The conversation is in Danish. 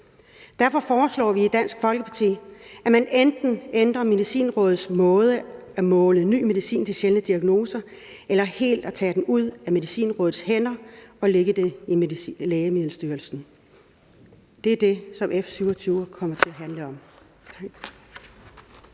Derfor foreslår vi i Dansk Folkeparti, at man enten ændrer Medicinrådets måde at måle ny medicin til sjældne diagnoser på eller helt tager det ud af Medicinrådets hænder og lægger det i Lægemiddelstyrelsen. Det er det, som F 27 kommer til at handle om.